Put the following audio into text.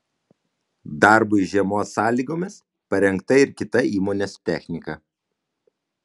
darbui žiemos sąlygomis parengta ir kita įmonės technika